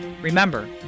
Remember